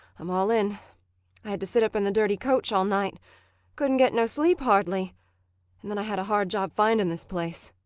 i'm all in. i had to sit up in the dirty coach all night couldn't get no sleep, hardly and then i had a hard job finding this place.